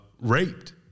raped